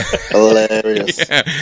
Hilarious